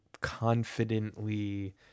confidently